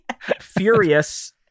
furious